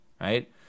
right